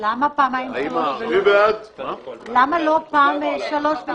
למה לא פעם שלוש ופעם שניים,